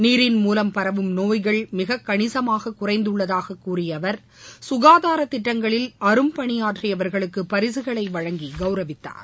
நீரின் மூலம் பரவும் நோய்கள் மிக கணிசமாக குறைந்துள்ளதாக கூறிய அவர் சுகாதார திட்டங்களில் அரும்பணியாற்றியவர்களுக்கு பரிசுகளை வழங்கி கௌரவித்தார்